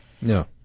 No